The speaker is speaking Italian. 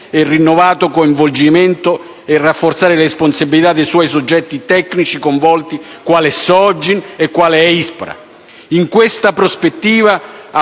e rinnovato coinvolgimento e una rafforzata responsabilità dei due soggetti tecnici coinvolti quali Sogin e l'ISPRA.